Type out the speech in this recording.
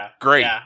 Great